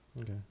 Okay